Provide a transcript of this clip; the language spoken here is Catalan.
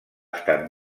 estat